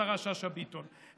השרה שאשא ביטון,